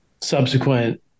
subsequent